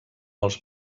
els